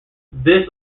this